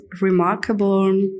remarkable